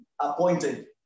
appointed